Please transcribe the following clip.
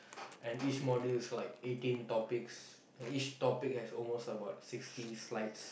and each module is like eighteen topics and each topic has almost about sixty slides